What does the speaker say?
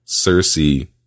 Cersei